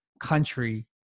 country